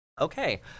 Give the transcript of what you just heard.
Okay